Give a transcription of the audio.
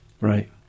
Right